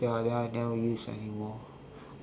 ya then I never use anymore